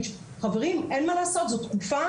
חברים, אין מה לעשות, זו תקופה